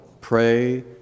pray